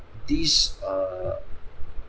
these err